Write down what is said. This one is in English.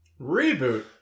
Reboot